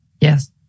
Yes